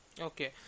Okay